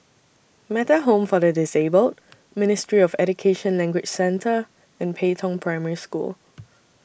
Metta Home For The Disabled Ministry of Education Language Centre and Pei Tong Primary School